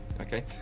Okay